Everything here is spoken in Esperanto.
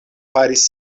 faris